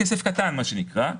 כסף קטן, מה שנקרא.